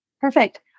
Perfect